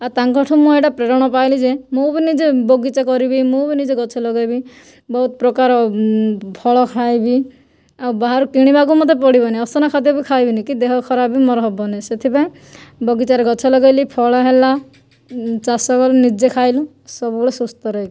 ଆଉ ତାଙ୍କଠାରୁ ମୁଁ ଏଇଟା ପ୍ରେରଣା ପାଇଲି ଯେ ମୁଁ ବି ନିଜେ ବଗିଚା କରିବି ମୁଁ ବି ନିଜେ ଗଛ ଲଗେଇବି ବହୁତ ପ୍ରକାର ଫଳ ଖାଇବି ଆଉ ବାହାରୁ କିଣିବାକୁ ମୋତେ ପଡ଼ିବନି ଅସନା ଖାଦ୍ୟ ବି ଖାଇବିନି କି ଦେହ ଖରାପ ବି ମୋର ହବନି ସେଥିପାଇଁ ବଗିଚାରେ ଗଛ ଲଗେଇଲି ଫଳ ହେଲା ଚାଷ କରି ନିଜେ ଖାଇଲି ସବୁବେଳେ ସୁସ୍ଥ ରହିଲି